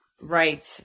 Right